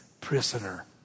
prisoner